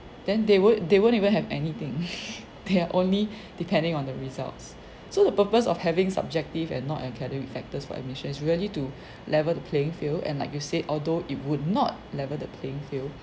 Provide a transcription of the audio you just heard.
then they won't they won't even have anything they're only depending on the results so the purpose of having subjective and not academic factors for admissions really to level the playing field and like you said although it would not level the playing field